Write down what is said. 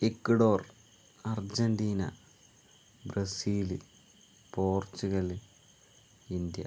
Ecuador Argentina Brazil Portugal India